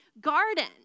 garden